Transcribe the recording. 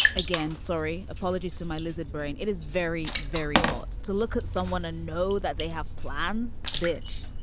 again, sorry. apologies to my lizard brain. it is very, very hot to look at someone to know that they have plans. bitch